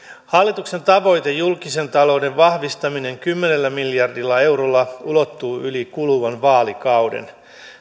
hallituksen tavoite julkisen talouden vahvistaminen kymmenellä miljardilla eurolla ulottuu yli kuluvan vaalikauden